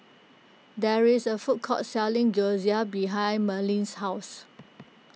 there is a food court selling Gyoza behind Merlin's house